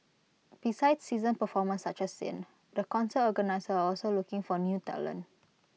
besides seasoned performers such as sin the concert organisers are also looking for new talent